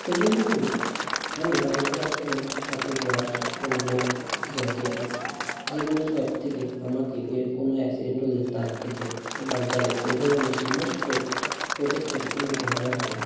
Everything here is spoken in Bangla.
সেইগুলি হলো আমি বাইক করার সময় হতে গ্লাভস হেলমেট জ্যাকেট যেগুলো সব থেকে আমাকে এর কোনো অ্যাক্সিডেন্ট হলে তার থেকে বাঁচাবে সেই ধরনের সমস্ত প্রোটেকশন আমি ব্যবহার করি